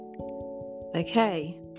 okay